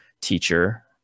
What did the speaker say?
teacher